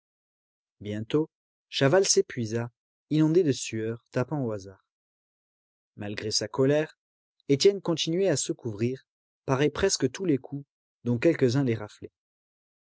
bientôt chaval s'épuisa inondé de sueur tapant au hasard malgré sa colère étienne continuait à se couvrir parait presque tous les coups dont quelques-uns